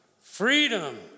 freedom